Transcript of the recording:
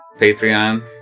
Patreon